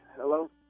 Hello